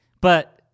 But-